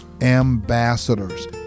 ambassadors